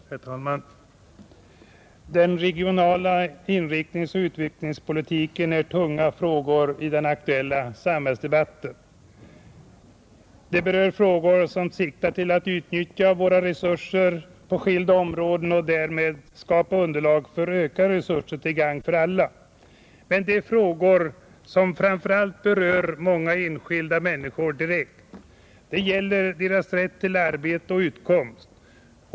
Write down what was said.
Herr talman! Den regionala inriktningsoch utvecklingspolitiken utgör tunga frågor i den aktuella samhällsdebatten. Problemet är hur vi skall kunna utnyttja våra resurser på skilda områden och därmed skapa underlag för ökade resurser till gagn för alla. Men det är framför allt frågor som berör många enskilda människor direkt. Det gäller deras rätt till arbete och utkomst.